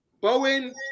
Bowen